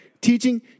teaching